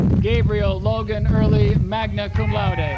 gabriel logan earley magna cum laude ah